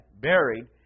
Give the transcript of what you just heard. buried